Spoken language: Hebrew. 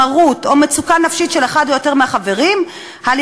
מרות או מצוקה נפשית של אחד או יותר מהחברים על-ידי